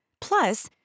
Plus